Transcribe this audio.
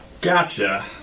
Gotcha